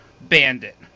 bandit